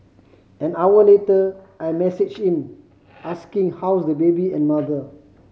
an hour later I messaged him asking how's the baby and mother